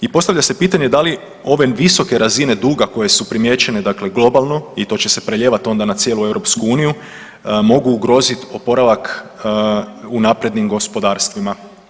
I postavlja se pitanje da li ove visoke razine duga koje su primijećene dakle globalno i to će se preljevat onda na cijelu EU, mogu ugrozit oporavak u naprednim gospodarstvima?